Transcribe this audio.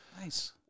Nice